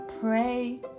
pray